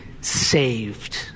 saved